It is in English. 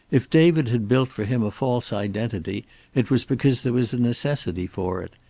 if david had built for him a false identity it was because there was a necessity for it.